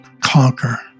conquer